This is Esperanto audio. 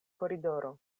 koridoro